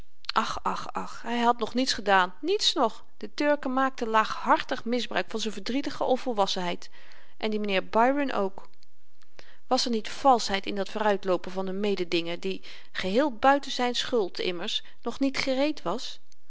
ach ach ach hy had nog niets gedaan niets nog de turken maakten laaghartig misbruik van z'n verdrietige onvolwassenheid en die m'nheer byron ook was er niet valsheid in dat vooruitloopen van n mededinger die geheel buiten zyn schuld immers nog niet gereed was